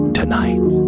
tonight